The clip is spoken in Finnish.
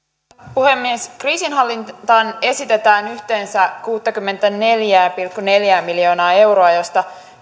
puhemies kriisinhallintaan esitetään yhteensä kuuttakymmentäneljää pilkku neljää miljoonaa euroa joista